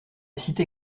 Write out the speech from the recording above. cité